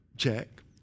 Check